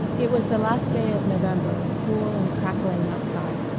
it was the last day of november, cool and crackling outside,